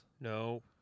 No